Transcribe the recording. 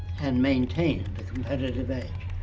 and maintain the competitive edge.